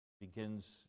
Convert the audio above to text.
begins